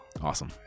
Awesome